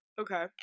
okay